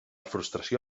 frustració